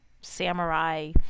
samurai